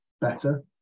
better